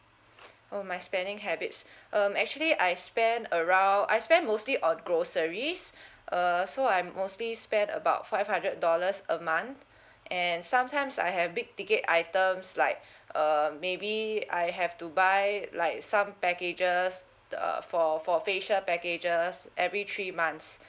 oh my spending habits um actually I spend around I spend mostly on groceries err so I mostly spend about five hundred dollars a month and sometimes I have big ticket items like um maybe I have to buy like some packages uh for for facial packages every three months